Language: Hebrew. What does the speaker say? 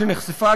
שנחשפה,